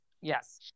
yes